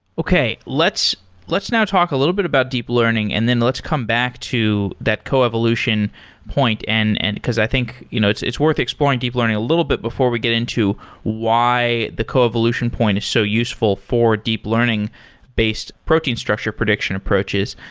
okay. let's let's now talk a little bit about deep learning, and then let's come back to that coevolution point, and and because i think you know it's it's worth exploring deep learning a little bit before we get into why the coevolution point is so useful for deep learning-based protein structure prediction approaches.